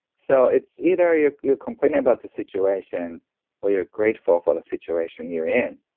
so, it's either you're you're complaining about the situation or you're grateful for the situation you're in.